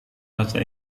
bahasa